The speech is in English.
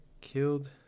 killed